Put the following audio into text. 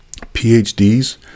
PhDs